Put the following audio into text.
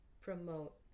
promote